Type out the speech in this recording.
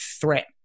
threat